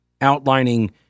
outlining